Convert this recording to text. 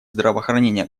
здравоохранения